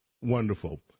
Wonderful